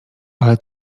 ale